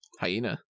hyena